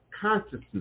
consciousness